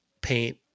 paint